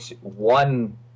One